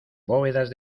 bóvedas